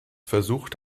versucht